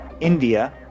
India